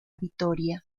vitoria